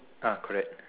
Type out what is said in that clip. ah correct